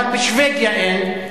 אבל בשוודיה אין,